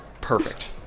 Perfect